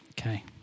Okay